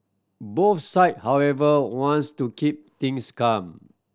both side however wants to keep things calm